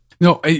No